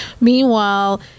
Meanwhile